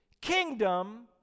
kingdom